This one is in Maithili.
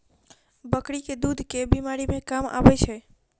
बकरी केँ दुध केँ बीमारी मे काम आबै छै?